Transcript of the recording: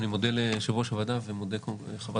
קודם כול אני מודה ליושב-ראש הוועדה ומודה לחברת